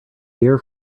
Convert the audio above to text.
beer